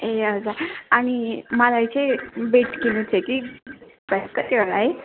ए हजुर अनि मलाई चाहिँ बेड किन्नु थियो कि प्राइस कति होला है